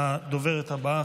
הדוברת הבאה,